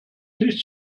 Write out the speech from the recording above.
nicht